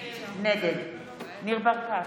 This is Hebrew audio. נגד ניר ברקת,